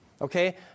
Okay